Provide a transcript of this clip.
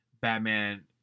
batman